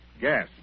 Gas